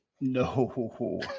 No